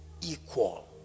equal